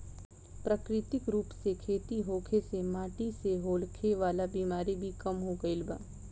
प्राकृतिक रूप से खेती होखे से माटी से होखे वाला बिमारी भी कम हो गईल बा